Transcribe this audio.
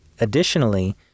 additionally